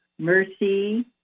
mercy